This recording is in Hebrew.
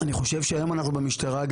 אני חושב שהיום אנחנו במשטרה,